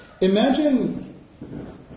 imagine